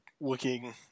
looking